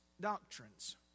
doctrines